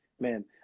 man